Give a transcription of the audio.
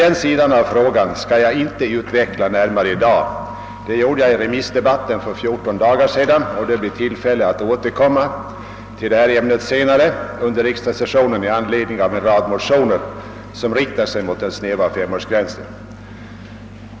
Den sidan av frågan skall jag dock inte utveckla närmare i dag. Det gjorde jag i remissdebatten för 14 dagar sedan, och det blir tillfälle att återkomma till detta senare under riksdagssessionen: i anslutning till en rad motioner som riktar sig mot. den snäva femårsgränsen.